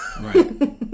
Right